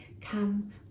come